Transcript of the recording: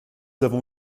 avons